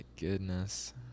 goodness